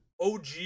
OG